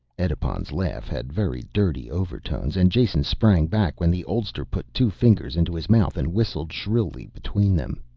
edipon's laugh had very dirty overtones and jason sprang back when the oldster put two fingers into his mouth and whistled shrilly between them.